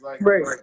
Right